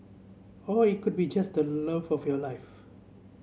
or it could be just the love of your life